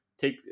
take